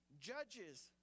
Judges